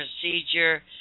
procedure